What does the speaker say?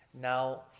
now